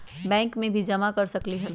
Bank में भी जमा कर सकलीहल?